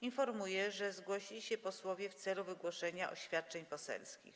Informuję, że zgłosili się posłowie w celu wygłoszenia oświadczeń poselskich.